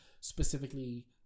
specifically